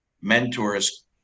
mentors